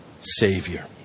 Savior